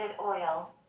oil